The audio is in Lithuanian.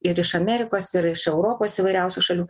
ir iš amerikos ir iš europos įvairiausių šalių